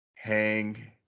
Hang